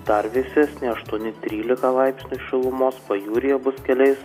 dar vėsesnė aštuoni trylika laipsnių šilumos pajūryje bus keliais